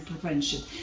prevention